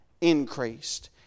increased